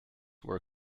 were